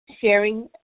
sharing